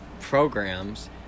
programs